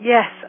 Yes